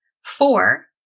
Four